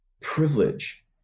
privilege